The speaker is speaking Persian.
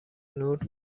نور